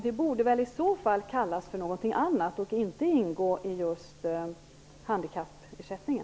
Det borde väl kallas för någonting annat och inte ingå i just handikappersättningen?